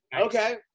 Okay